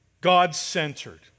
God-centered